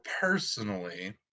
personally